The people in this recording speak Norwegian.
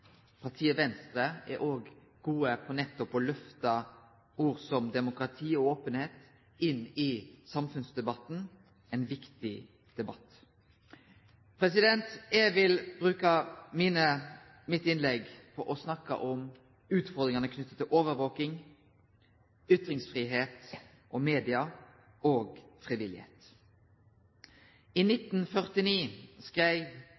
Partiet Venstre er òg gode på nettopp å lyfte ord som «demokrati og openheit» inn i samfunnsdebatten, ein viktig debatt. Eg vil bruke mitt innlegg til å snakke om utfordringane knytte til overvaking, ytringsfridom og media og frivilligheit. I